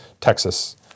Texas